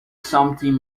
something